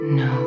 no